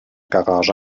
garage